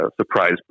surprise